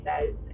says